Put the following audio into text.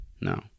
no